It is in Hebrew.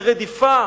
של רדיפה.